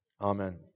Amen